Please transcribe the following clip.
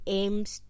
aims